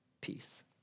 peace